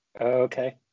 Okay